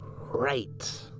Right